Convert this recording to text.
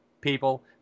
people